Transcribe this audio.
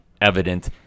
evident